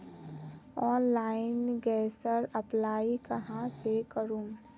Online गैसेर apply कहाँ से करूम?